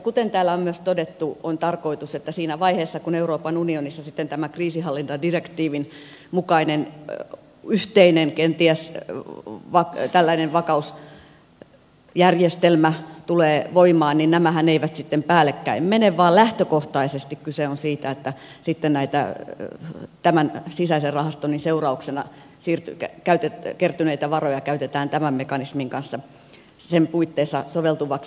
kuten täällä on myös todettu on tarkoitus että siinä vaiheessa kun euroopan unionissa tämä kriisinhallintadirektiivin mukainen kenties yhteinen vakausjärjestelmä tulee voimaan nämähän eivät sitten päällekkäin mene vaan lähtökohtaisesti kyse on siitä että sitten näitä tämän sisäisen rahastoinnin seurauksena kertyneitä varoja käytetään tämän mekanismin kanssa sen puitteissa soveltuvaksi